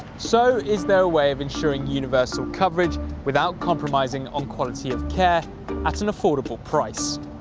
so is there a way of ensuring universal coverage without compromising on quality of care at an affordable price?